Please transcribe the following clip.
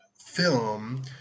film